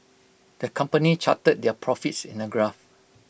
the company charted their profits in A graph